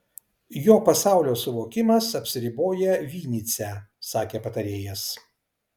jo pasaulio suvokimas apsiriboja vinycia sakė patarėjas